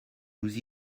nous